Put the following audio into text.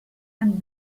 and